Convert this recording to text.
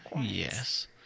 Yes